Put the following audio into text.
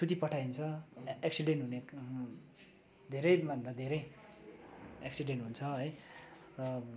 सुती पठाइन्छ एक्सिडेन्ट हुने धेरै भन्दा धेरै एक्सिडेन्ट हुन्छ है र